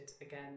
again